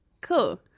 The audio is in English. cool